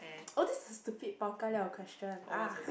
oh this is stupid bao ka liao question !ugh!